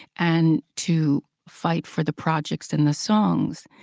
and to fight for the projects and the songs,